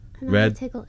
red